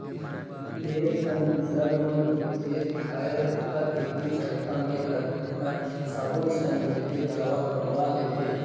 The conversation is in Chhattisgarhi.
ढेरे झन किसान मन के खेत खायर हर एके जघा मे रहथे त सब्बो झन मिलके तलवा बनवा लेथें